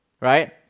right